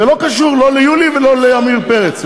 וזה לא קשור לא ליולי ולא לעמיר פרץ.